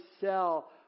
sell